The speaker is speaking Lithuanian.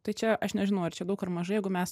tai čia aš nežinau ar čia daug ar mažai jeigu mes